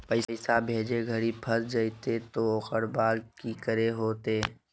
पैसा भेजे घरी फस जयते तो ओकर बाद की करे होते?